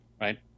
right